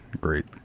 Great